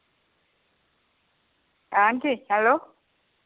हां जी हैलो